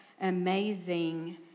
amazing